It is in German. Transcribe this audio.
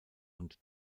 und